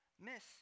miss